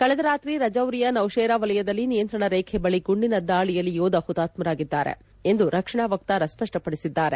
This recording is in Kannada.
ಕಳೆದ ರಾತ್ರಿ ರಜೌರಿಯ ನೌಷೇರಾ ವಲಯದಲ್ಲಿ ನಿಯಂತ್ರಣ ರೇಖೆ ಬಳಿ ಗುಂಡಿನ ದಾಳಿಯಲ್ಲಿ ಯೋಧ ಹುತಾತ್ಸರಾಗಿದ್ದಾರೆ ಎಂದು ರಕ್ಷಣಾ ವಕ್ತಾರ ಸ್ಪಷ್ಟಪಡಿಸಿದ್ದಾರೆ